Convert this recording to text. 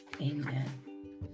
Amen